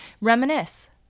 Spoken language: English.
reminisce